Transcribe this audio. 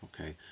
okay